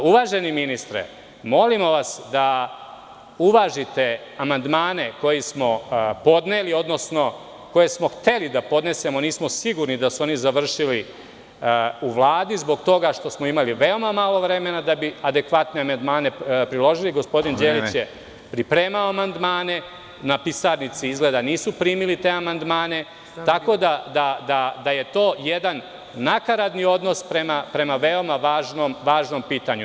Uvaženi ministre, molimo vas da uvažite amandmane koje smo podneli, odnosno hteli smo da podnesemo, a nismo sigurni da su oni završili u Vladi, zbog toga što su oni imali malo vremena da bi adekvatno amandmane priložili, a gospodin Đelić je pripremao amandmane, a na pisarnici izgleda nisu primili te amandmane, tako da je to jedan nakaradni odnos prema važnom pitanju.